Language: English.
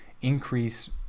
increase